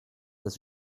das